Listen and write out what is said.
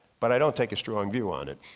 but i don't take a strong view on it.